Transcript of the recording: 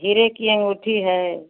हीरे की अँगूठी है